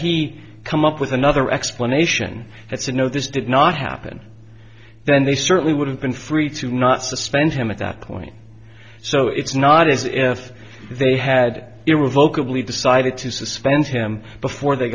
he come up with another explanation that said no this did not happen then they certainly would have been free to not suspend him at that point so it's not as if they had irrevocably decided to suspend him before they